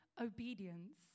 obedience